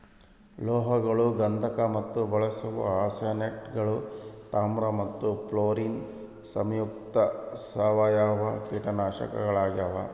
ಲೋಹಗಳು ಗಂಧಕ ಮತ್ತು ಬಳಸುವ ಆರ್ಸೆನೇಟ್ಗಳು ತಾಮ್ರ ಮತ್ತು ಫ್ಲೋರಿನ್ ಸಂಯುಕ್ತ ಸಾವಯವ ಕೀಟನಾಶಕಗಳಾಗ್ಯಾವ